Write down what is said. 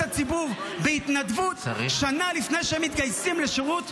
הציבור בהתנדבות שנה לפני שהם מתגייסים לשירות משמעותי.